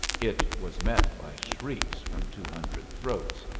it was met by shrieks from two hundred throats,